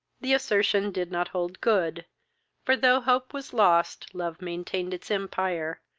the assertion did not hold good for, though hope was lost, love maintained its empire,